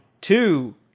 two